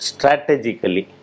Strategically